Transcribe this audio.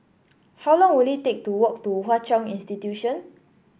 how long will it take to walk to Hwa Chong Institution